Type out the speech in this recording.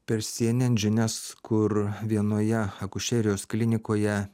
per cnn žinias kur vienoje akušerijos klinikoje